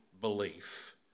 belief